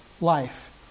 life